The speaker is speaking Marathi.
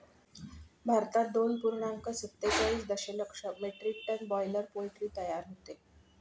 भारतात दोन पूर्णांक सत्तेचाळीस दशलक्ष मेट्रिक टन बॉयलर पोल्ट्री तयार होते